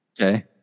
okay